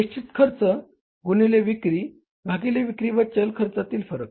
निश्चित खर्च भागिले विक्री व चल खर्चातील फरक